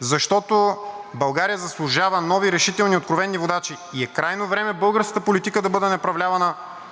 защото България заслужава нови, решителни, откровени водачи и е крайно време българската политика да бъде направлявана